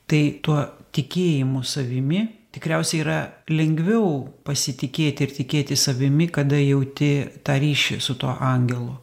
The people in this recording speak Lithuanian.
tai tuo tikėjimu savimi tikriausiai yra lengviau pasitikėti ir tikėti savimi kada jauti tą ryšį su tuo angelu